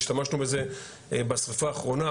השתמשנו בזה בשריפה האחרונה,